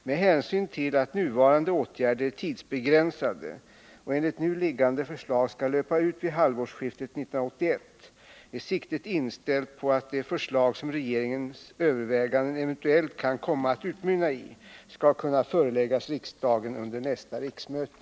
Med hänsyn till att nuvarande åtgärder är tidsbegränsade och enligt nu liggande förslag skall löpa ut vid halvårsskiftet 1981 är siktet inställt på att de förslag som regeringens överväganden eventuellt kan komma att utmynna i skall kunna föreläggas riksdagen under nästa riksmöte.